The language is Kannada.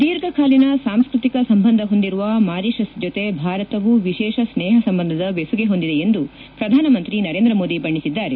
ದೀರ್ಘಕಾಲಿನ ಸಾಂಸ್ಕೃತಿಕ ಸಂಬಂಧ ಹೊಂದಿರುವ ಮಾರಿಷಸ್ ಜೊತೆ ಭಾರತವೂ ವಿಶೇಷ ಸ್ನೇಹ ಸಂಬಂಧದ ಬೆಸುಗೆ ಹೊಂದಿದೆ ಎಂದು ಪ್ರಧಾನಮಂತ್ರಿ ನರೇಂದ್ರ ಮೋದಿ ಬಣ್ಣೆಸಿದ್ದಾರೆ